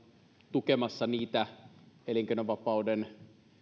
tukemassa niitä elinkeinonvapaudeltaan